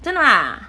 真的 ah